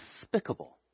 despicable